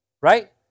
right